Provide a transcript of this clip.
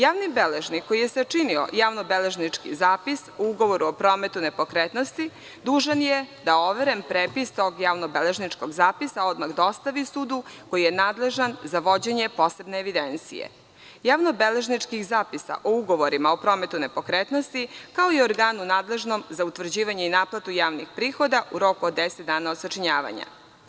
Javni beležnik koji je sačinio javno-beležnički zapis o ugovoru o prometu nepokretnosti dužan je da overen prepis tog javno-beležničkog zapisa odmah dostavi sudu koji je nadležan za vođenje posebne evidencije javno-beležničkih zapisa o ugovorima o prometu nepokretnosti, kao i organu nadležnom za utvrđivanje i naplatu javnih prihoda u roku od deset dana od sačinjavanja.